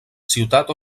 ciutat